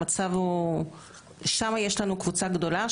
בצורה כזאת התלמידים גם מקבלים את הבגרות,